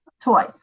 toy